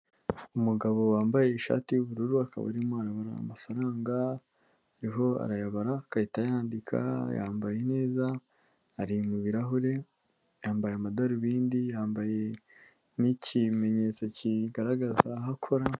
Umugabo wambaye ishati y'ubururu akaba arimo arabara amafaranga, arimo arayabara agahita yandika, yambaye neza, ari mu birahure, yambaye amadarubindi, yambaye n'ikimenyetso kigaragaza aho akora.